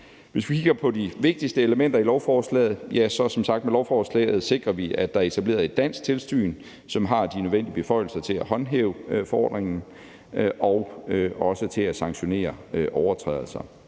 kan man sige, at vi med lovforslaget som sagt sikrer, at der er etableret et dansk tilsyn, som har de nødvendige beføjelser til at håndhæve forordningen og også til at sanktionere overtrædelser.